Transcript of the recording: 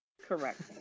Correct